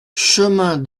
chemin